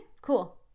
cool